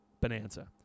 bonanza